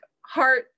heart